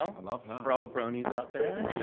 i love him. for all the bronies out there.